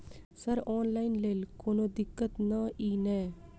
Sir online लैल कोनो दिक्कत न ई नै?